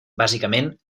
bàsicament